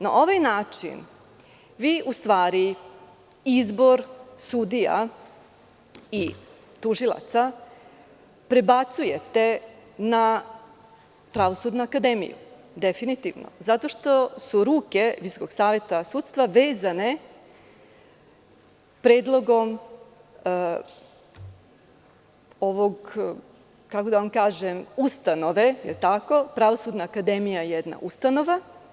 Na ovaj način vi u stvari izbor sudija i tužilaca prebacujete na Pravosudnu akademiju zato što su ruke Visokog saveta sudstva vezane predlogom ove, kako da vam kažem, ustanove, Pravosudna akademija je jedna ustanova.